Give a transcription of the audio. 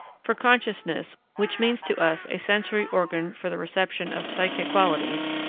for consciousness, which means to us a sensory organ for the reception of psychic qualities,